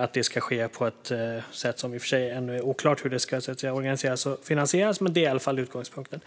att detta ska organiseras och finansieras på ett sätt som ännu är oklart - detta är i alla fall utgångspunkten.